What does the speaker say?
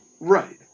Right